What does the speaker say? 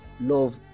love